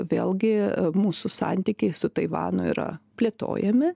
vėlgi mūsų santykiai su taivanu yra plėtojami